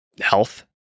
health